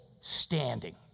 standing